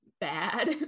bad